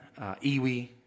Iwi